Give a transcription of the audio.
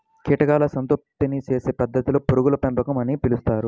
కీటకాల సంతానోత్పత్తి చేసే పద్ధతిని పురుగుల పెంపకం అని పిలుస్తారు